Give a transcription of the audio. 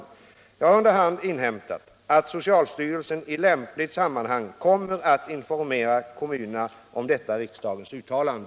1" Jag har under hand inhämtat att socialstyrelsen i lämpligt sammanhang kommer att informera kommunerna om detta riksdagens uttalande.